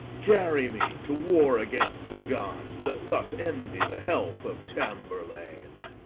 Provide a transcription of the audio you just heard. carry me to war against the gods, that thus envy the health of tamburlaine.